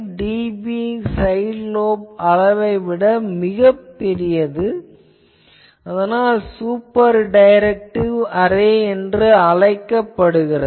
5dB side lobe அளவை விட மிகப் பெரியது அதனால் சூப்பர் டைரக்டிவ் அரே என அழைக்கப்படுகிறது